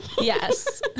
Yes